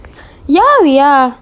ya we are